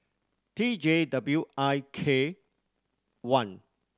T J W I K one